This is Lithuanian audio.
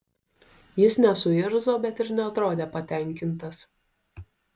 jis nesuirzo bet ir neatrodė patenkintas